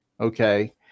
Okay